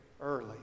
early